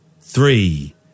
three